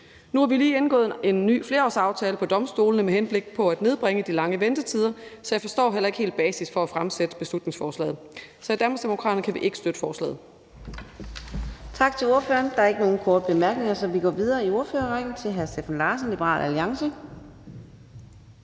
Nu har vi lige indgået en ny flerårsaftale om domstolene med henblik på at nedbringe de lange ventetider, så jeg forstår heller ikke helt grundlaget for at fremsætte beslutningsforslaget. Så i Danmarksdemokraterne kan vi ikke støtte forslaget.